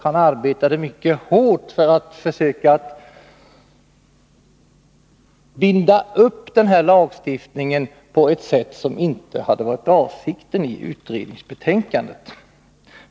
Han arbetade hårt för att binda upp denna lagstiftning på ett sätt som inte var avsikten i utredningens betänkande.